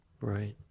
Right